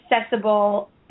accessible